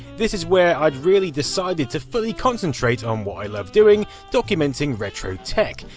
this is where i'd really decided to fully concentrate on what i love doing, documenting retro tech,